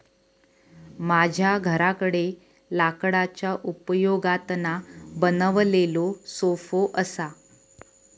माझ्या घराकडे लाकडाच्या उपयोगातना बनवलेलो सोफो असा